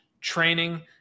training